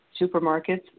supermarkets